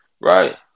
right